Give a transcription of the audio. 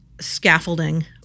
scaffolding